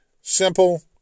simple